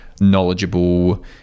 knowledgeable